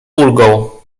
ulgą